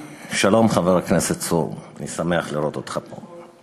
שלום, חבר הכנסת צור, אני שמח לראות אותך פה.